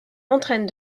entraîne